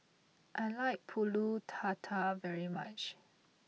I like Pulut Tatal very much